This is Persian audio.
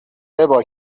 ابا